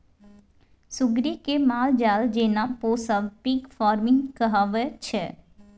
सुग्गरि केँ मालजाल जेना पोसब पिग फार्मिंग कहाबै छै